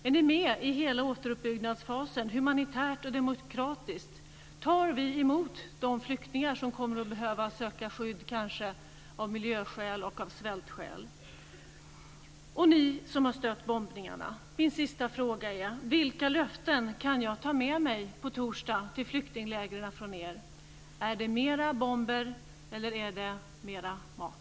Är ni med i hela återuppbyggnadsfasen, humanitärt och demokratiskt? Tar vi emot de flyktingar som kan behöva att söka skydd av miljöskäl och på grund av svält? Och till er som har stött bombningarna är min sista fråga: Vilka löften kan jag ta med mig från er till flyktinglägren på torsdag? Är det mera bomber eller är det mera mat?